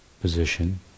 position